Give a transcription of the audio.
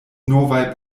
novaj